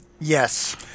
Yes